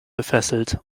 gefesselt